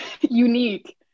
unique